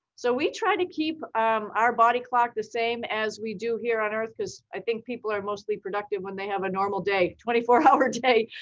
so we try to keep um our body clock the same as we do here on earth, cause i think people are mostly productive when they have a normal day, twenty four hours day,